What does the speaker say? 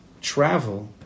travel